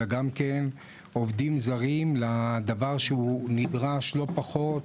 אלא גם כן עובדים זרים לדבר שהוא נדרש לא פחות,